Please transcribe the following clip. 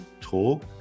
talk